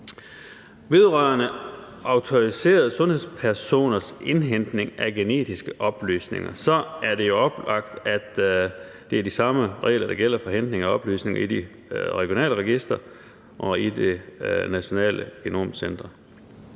Vedrørende autoriserede sundhedspersoners indhentning af genetiske oplysninger er det oplagt, at det er de samme regler, der gælder for indhentning af oplysninger i de regionale registre og i Nationalt Genom Center.